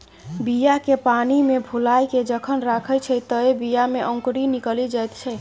बीया केँ पानिमे फुलाए केँ जखन राखै छै तए बीया मे औंकरी निकलि जाइत छै